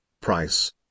price